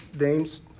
names